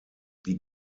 die